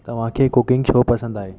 तव्हांखे कुकिंग छो पसंदि आहे